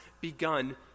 begun